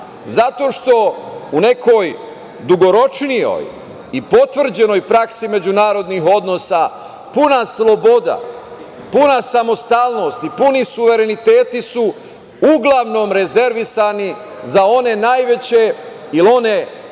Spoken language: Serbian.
zato što u nekoj dugoročnijoj i potvrđenoj praksi međunarodnih odnosa puna sloboda, puna samostalnost i puni suvereniteti su uglavnom rezervisani za one najveće ili one